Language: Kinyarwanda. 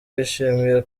bishimiye